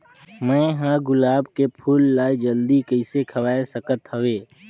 मैं ह गुलाब के फूल ला जल्दी कइसे खवाय सकथ हवे?